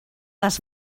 les